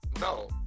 No